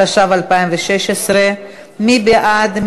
התשע"ו 2016. מי בעד?